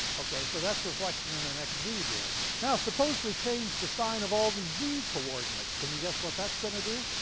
okay, so that's reflection in an xz mirror. now suppose we changed the sign of all the z coordinates. can you guess what that's going to do?